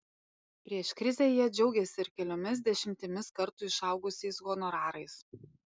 prieš krizę jie džiaugėsi ir keliomis dešimtimis kartų išaugusiais honorarais